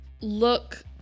look